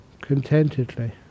contentedly